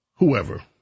Whoever